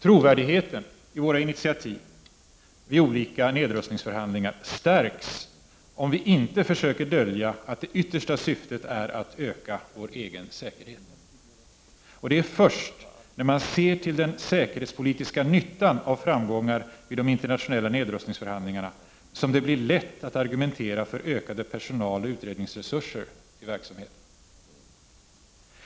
Trovärdigheten i våra initiativ vid olika nedrustningsförhandlingar stärks om vi inte försöker dölja att det yttersta syftet är att öka vår egen säkerhet. Och det är först när man ser till den säkerhetspolitiska nyttan av framgångar vid de internationella nedrustningsförhandlingarna som det blir lätt att argumentera för ökade personaloch utredningsresurser till verksamheten.